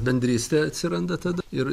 bendrystė atsiranda tada ir